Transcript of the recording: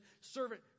servant